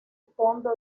fondo